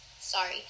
sorry